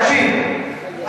תקשיב.